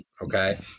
Okay